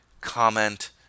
comment